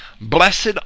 blessed